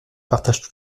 partagent